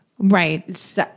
Right